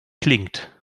klingt